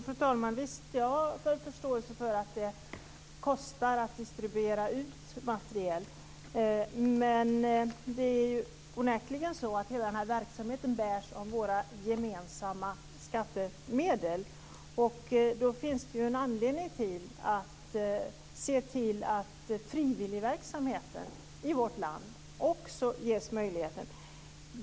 Fru talman! Visst, jag har full förståelse för att det kostar att distribuera materiel. Men hela denna verksamhet bärs ju av våra gemensamma skattemedel. Det finns anledning att se till att frivilligverksamheterna i vårt också ges möjligheten.